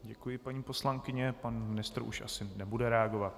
Děkuji, paní poslankyně, pan ministr už asi nebude reagovat.